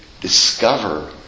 discover